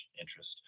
interest